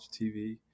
TV